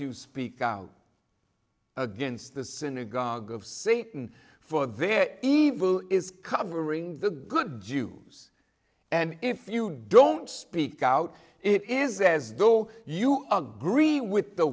you speak out against the synagogue of satan for their evil is covering the good jews and if you don't speak out it is as though you ugh briefly with the